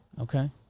Okay